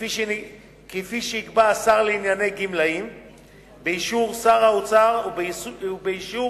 כפי שיקבע השר לענייני גמלאים באישור שר האוצר ובאישור